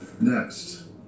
Next